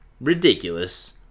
ridiculous